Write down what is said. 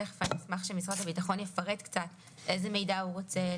תיכף אשמח שמשרד הביטחון יפרט קצת איזה מידע הוא רוצה,